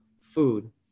food